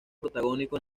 protagónico